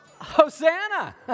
Hosanna